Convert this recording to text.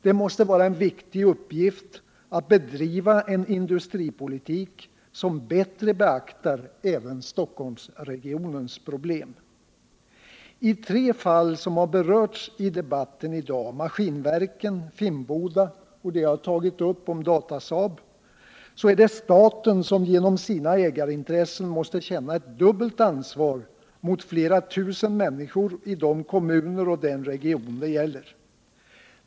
Det måste vara en viktig uppgift att bedriva en industripolitik som bättre beaktar även Stockholmsregionens problem. I tre fall som har berörts i debatten i dag — Maskinverken, Finnboda och Datasaab — är det staten som genom sina ägarintressen måste känna ett dubbelt ansvar mot flera tusen människor i de kommuner och den region som det handlar om.